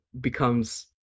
becomes